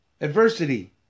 adversity